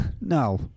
No